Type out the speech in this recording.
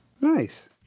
Nice